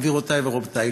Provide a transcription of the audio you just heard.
גבירותיי ורבותיי,